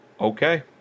okay